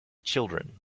children